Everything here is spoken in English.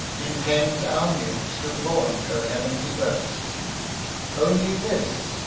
intends our muse to vaunt her heavenly verse only this,